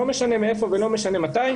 לא משנה מאיפה ולא משנה מתי.